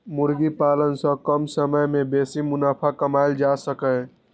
मुर्गी पालन सं कम समय मे बेसी मुनाफा कमाएल जा सकैए